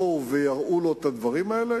אם יבואו ויראו לו את הדברים האלה,